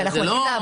ברור שזה דורש